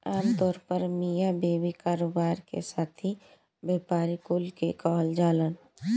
आमतौर पर मिया बीवी, कारोबार के साथी, व्यापारी कुल के कहल जालन